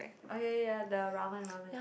okay ya the ramen ramen